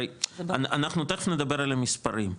הרי אנחנו תכף נדבר על המספרים.